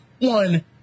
one